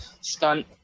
stunt